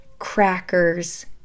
crackers